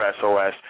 SOS